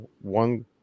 one